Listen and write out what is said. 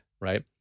right